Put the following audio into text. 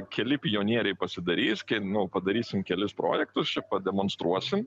keli pionieriai pasidarys kai nu padarysim kelis projektus čia pademonstruosim